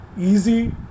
easy